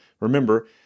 remember